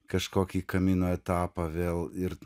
kažkokį kamino etapą vėl ir